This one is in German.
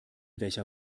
welcher